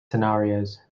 scenarios